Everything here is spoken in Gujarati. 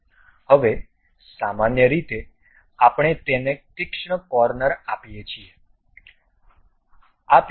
હવે સામાન્ય રીતે આપણે તેને તીક્ષ્ણ કોર્નર આપીએ છીએ